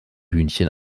hühnchen